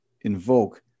invoke